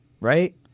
Right